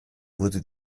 wurde